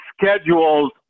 schedules